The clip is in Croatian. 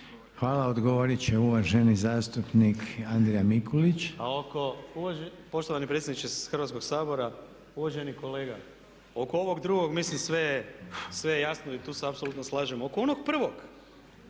Hvala. Odgovorit će uvaženi zastupnik Andrija Mikulić. **Mikulić, Andrija (HDZ)** Poštovani predsjedniče Hrvatskog sabora, uvaženi kolega oko ovog drugog mislim sve je jasno i tu se apsolutno slažemo. Oko onog prvog,